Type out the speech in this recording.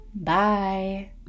Bye